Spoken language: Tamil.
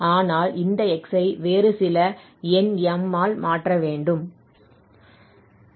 ஆனால் இந்த x ஐ வேறு சில எண் m ஆல் மாற்ற வேண்டும்